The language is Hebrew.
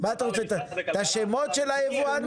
מה אתה רוצה, את השמות של היבואנים?